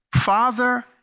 Father